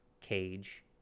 cage